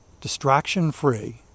distraction-free